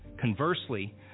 Conversely